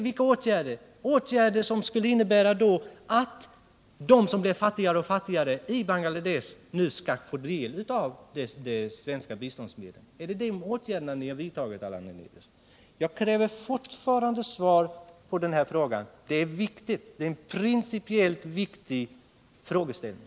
Är det åtgärder som skulle innebära att de som blir fattigare och fattigare i Bangladesh nu skall få del av svenska biståndsmedel? Är det sådana åtgärder ni har vidtagit, Allan Hernelius? Jag efterlyser fortfarande svar i denna fråga. Det är en principiellt viktig frågeställning.